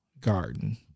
garden